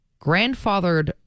grandfathered